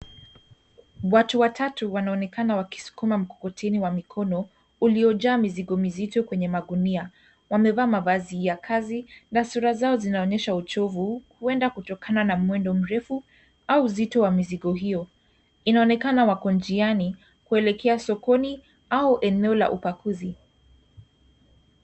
Watu watatu wanaonekana wakisukuma mkokoteni wa mikono. Uliojaa mizigo mizito kwenye magunia. Wamevaa mavazi ya kazi na sura zao zinaonyesha uchovu huenda kutokana na mwendo mrefu au uzito wa mizigo hiyo. Inaonekana wako njiani kuelekea sokoni au eneo la upakuzi.